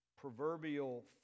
proverbial